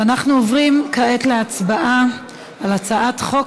ואנחנו עוברים כעת להצבעה על הצעת חוק